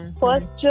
first